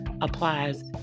applies